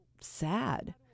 sad